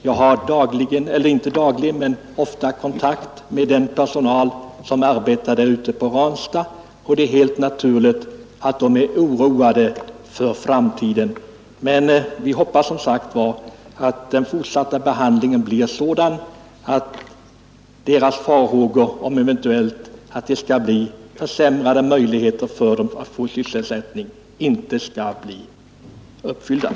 Jag har ofta kontakt med den personal som arbetar ute på Ranstad, och det är helt naturligt att man där är oroad för framtiden. Men vi hoppas, som tidigare framhållits, att personalens farhågor för försämringar av dess möjligheter till sysselsättning inte skall bli verklighet.